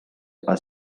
are